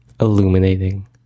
illuminating